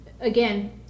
again